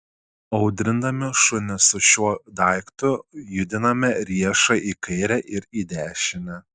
audrindami šunį su šiuo daiktu judiname riešą į kairę ir į dešinę